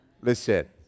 Listen